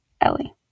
Ellie